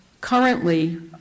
currently